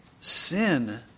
sin